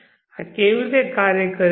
આ કેવી રીતે કાર્ય કરે છે